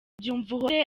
byumvuhore